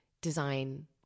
design